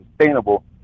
sustainable